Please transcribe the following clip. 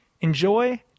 Enjoy